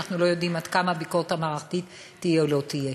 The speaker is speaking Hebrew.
אנחנו לא יודעים עד כמה הביקורת המערכתית תהיה או לא תהיה.